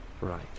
Right